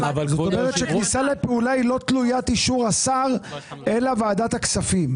הכניסה לפעולה לא תלויית אישור השר אלא ועדת הכספים.